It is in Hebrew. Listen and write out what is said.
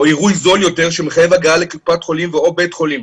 או עירוי זול יותר שמחייב הגעה לקופת חולים או בית חולים.